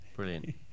brilliant